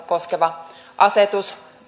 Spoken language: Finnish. koskeva asetus